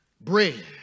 Bread